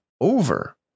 over